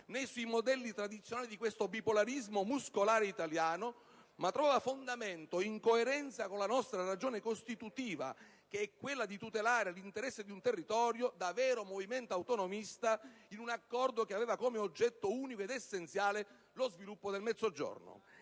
né sui modelli tradizionali di questo bipolarismo muscolare italiano, ma trovava fondamento, in coerenza con la nostra ragione costituiva - quella di tutelare l'interesse di un territorio, da vero movimento autonomista - in un accordo che aveva come oggetto unico ed essenziale lo sviluppo del Mezzogiorno.